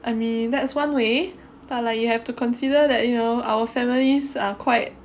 I mean that's one way but like you have to consider that you know our families are quite